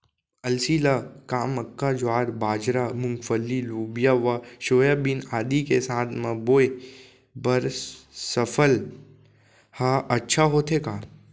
अलसी ल का मक्का, ज्वार, बाजरा, मूंगफली, लोबिया व सोयाबीन आदि के साथ म बोये बर सफल ह अच्छा होथे का?